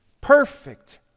perfect